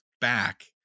back